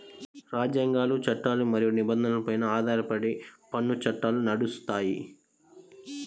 రాజ్యాంగాలు, చట్టాలు మరియు నిబంధనలపై ఆధారపడి పన్ను చట్టాలు నడుస్తాయి